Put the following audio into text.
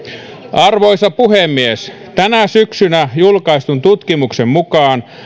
arvoisa puhemies tänä syksynä julkaistun tutkimuksen mukaan